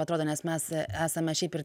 atrodo nes mes esame šiaip ir